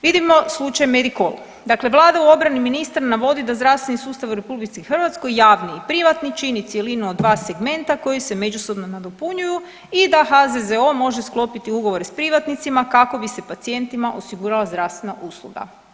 Vidimo slučaj Medikol, dakle vlada u obrani ministra navodi da zdravstveni sustava u RH javni i privatni čini cjelinu od dva segmenta koji se međusobno nadopunjuju i da HZZO može sklopiti ugovore s privatnicima kako bi se pacijentima osigurala zdravstvena usluga.